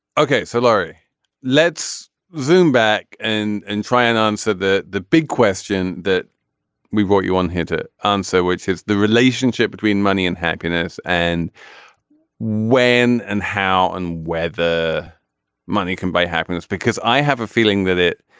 okay. so larry let's zoom back and and try and answer that the big question that we brought you on here to answer which is the relationship between money and happiness and when and how and where the money can buy happiness. because i have a feeling that it